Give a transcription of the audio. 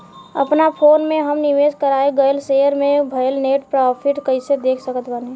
अपना फोन मे हम निवेश कराल गएल शेयर मे भएल नेट प्रॉफ़िट कइसे देख सकत बानी?